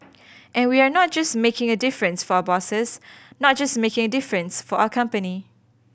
and we are not just making a difference for our bosses not just making a difference for our company